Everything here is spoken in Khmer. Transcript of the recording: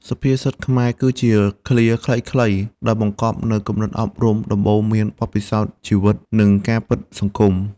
សុភាសិតខ្មែរ គឺជាឃ្លាខ្លីៗដែលបង្កប់នូវគំនិតអប់រំ ដំបូន្មាន បទពិសោធន៍ជីវិត និងការពិតសង្គម។